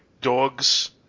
dogs